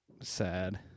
Sad